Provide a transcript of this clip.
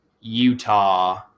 Utah